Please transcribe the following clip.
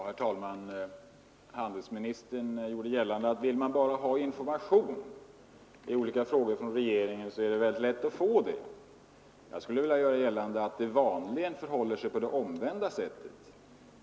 Herr talman! Handelsministern gjorde gällande att vill man bara ha information i olika frågor från regeringen är det väldigt lätt att få det. Jag skulle vilja göra gällande att det vanligen förhåller sig på det omvända sättet.